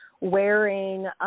wearing